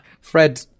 Fred